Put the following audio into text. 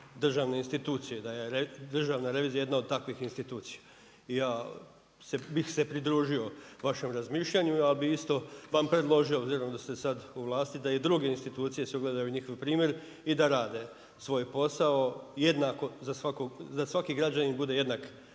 državne institucije, da je Državna revizija jedna od takvih institucija. I ja bih se pridružio vašem razmišljaju ali bi isto vam predložio, obzirom da ste sad u vlasti, da i druge institucije se ugledaju u njihov primjer i da rade svoj posao jednako za svakog, da svaki građanin bude jednak